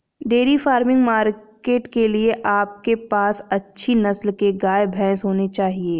dairy farming market के लिए आपके पास अच्छी नस्ल के गाय, भैंस होने चाहिए